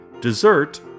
dessert